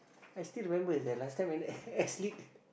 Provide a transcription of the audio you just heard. I still remember sia last time when S~ S-league